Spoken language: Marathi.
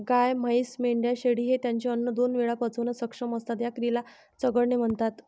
गाय, म्हैस, मेंढ्या, शेळी हे त्यांचे अन्न दोन वेळा पचवण्यास सक्षम असतात, या क्रियेला चघळणे म्हणतात